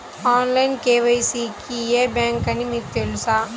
Online KYC కి ఏ bank అని మీకు తెలుసా?